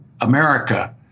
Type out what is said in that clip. America